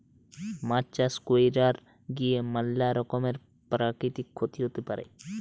মাছ চাষ কইরার গিয়ে ম্যালা রকমের প্রাকৃতিক ক্ষতি হতে পারে